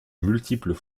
multiples